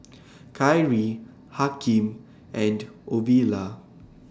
Kyree Hakim and Ovila